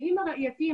הכלים הראייתיים